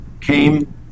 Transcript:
came